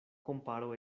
komparo